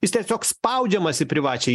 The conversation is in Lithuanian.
jis tiesiog spaudžiamas į privačią